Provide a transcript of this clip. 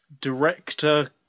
Director